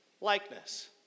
likeness